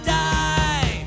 die